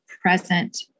present